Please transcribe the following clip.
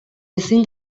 ezin